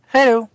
Hello